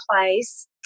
place